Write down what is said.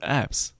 apps